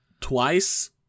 twice